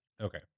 Okay